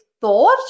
thought